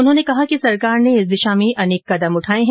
उन्होंने कहा कि सरकार ने इस दिशा अनेक कदम उठाये हैं